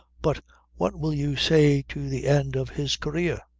but what will you say to the end of his career?